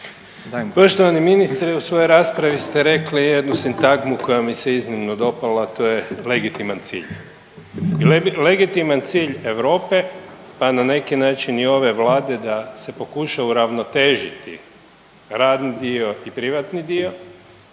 Poštovani ministre u svojoj raspravi ste rekli jednu sintagmu koja mi se iznimno dopala, a to je legitiman cilj. Legitiman cilj Europe pa na neki način i ove Vlade da se pokuša uravnotežiti radni dio i privatni dio